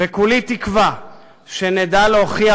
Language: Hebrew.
וכולי תקווה שנדע להוכיח,